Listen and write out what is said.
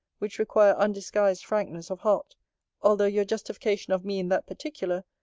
which require undisguised frankness of heart although you justification of me in that particular,